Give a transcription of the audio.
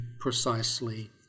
precisely